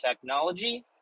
technology